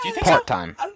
Part-time